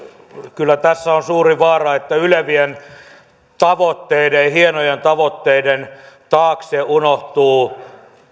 kyllä tässä on suuri vaara että ylevien ja hienojen tavoitteiden taakse unohtuu